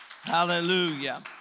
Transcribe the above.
Hallelujah